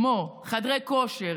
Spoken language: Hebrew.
כמו חדרי כושר,